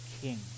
King